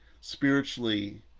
spiritually